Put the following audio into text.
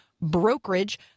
brokerage